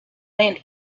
land